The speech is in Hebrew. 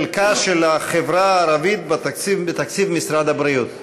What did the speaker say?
חלקה של החברה הערבית בתקציב משרד הבריאות.